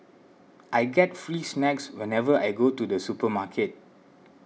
I get free snacks whenever I go to the supermarket